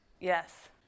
Yes